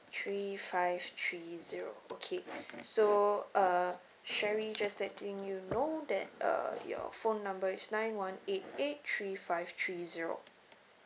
three five three zero okay so uh sherry just letting you know that uh your phone number is nine one eight eight three five three zero